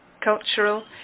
cultural